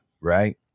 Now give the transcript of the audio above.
right